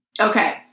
Okay